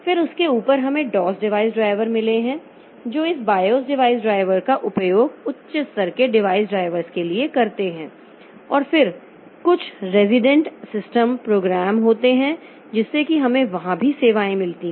फिर उसके ऊपर हमें dos डिवाइस ड्राइवर मिले हैं जो इस बायोस डिवाइस ड्राइवर्स का उपयोग उच्च स्तर के डिवाइस ड्राइवर्स के लिए करते हैं और फिर कुछ रेजिडेंट सिस्टम प्रोग्राम होते हैं जिससे कि हमें वहां भी सेवाएँ मिलती हैं